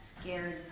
scared